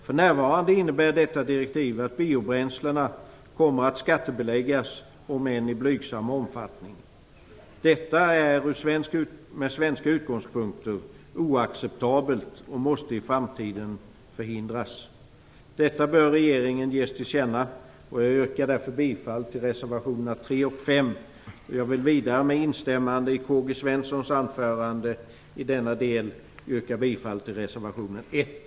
För närvarande innebär detta direktiv att biobränslena kommer att skattebeläggas, om än i blygsam omfattning. Detta är från svensk utgångspunkt oacceptabelt och måste i framtiden förhindras. Detta bör regeringen ges till känna, och jag yrkar därför bifall till reservationerna 3 och 5. Jag vill vidare med instämmande i K-G Svensons anförande i denna del yrka bifall till reservationen 1.